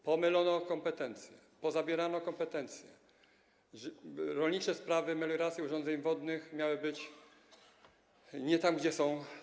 Pomylono kompetencje, pozabierano kompetencje, rolnicze sprawy z zakresu melioracji i urządzeń wodnych miały być nie tam, gdzie są.